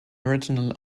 original